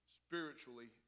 spiritually